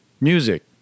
music